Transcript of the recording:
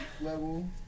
level